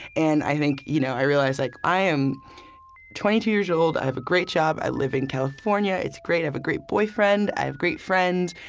and i think you know i realized like i am twenty two years old. i have a great job. i live in california. it's great. i have a great boyfriend. i have great friends.